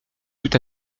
tout